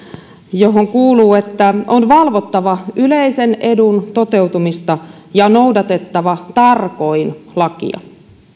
siihen kuuluu että on valvottava yleisen edun toteutumista ja noudatettava tarkoin lakia